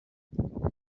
where